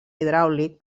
hidràulic